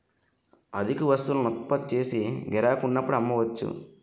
అధిక వస్తువులను ఉత్పత్తి చేసి గిరాకీ ఉన్నప్పుడు అమ్మవచ్చు